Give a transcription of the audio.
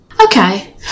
Okay